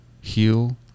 heal